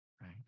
right